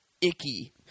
icky